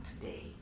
today